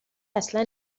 اصلا